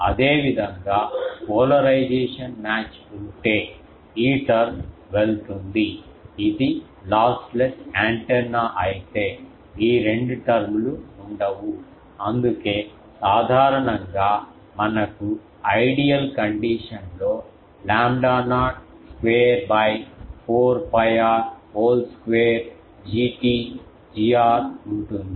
అదేవిధంగా polarisation match ఉంటే ఈ టర్మ్ వెళ్తుంది ఇది లాస్ లెస్ యాంటెన్నా అయితే ఈ రెండు టర్మ్ లు ఉండవు అందుకే సాధారణంగా మనకు ఐడియల్ కండిషన్ లో lambda naught square 4 𝜋i R whole square Gt Gr ఉంటుంది